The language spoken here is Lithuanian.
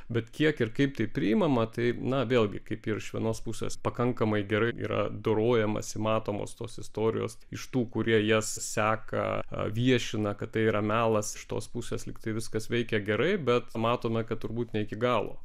bet kiek ir kaip tai priimama taip na vėlgi kaip ir iš vienos pusės pakankamai gerai yra dorojamasi matomos tos istorijos iš tų kurie jas seka viešina kad tai yra melas iš tos pusės lyg tai viskas veikia gerai bet matome kad turbūt ne iki galo